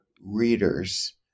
readers